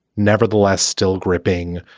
nevertheless still gripping,